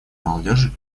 молодежи